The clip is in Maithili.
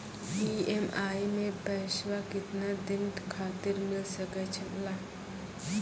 ई.एम.आई मैं पैसवा केतना दिन खातिर मिल सके ला?